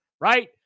Right